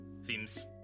seems